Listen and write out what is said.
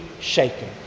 shaken